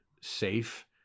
safe